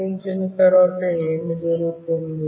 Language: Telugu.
గుర్తించిన తర్వాత ఏమి జరుగుతుంది